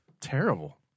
terrible